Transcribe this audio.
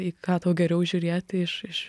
į ką tau geriau žiūrėti iš iš